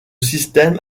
système